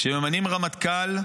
כשממנים רמטכ"ל,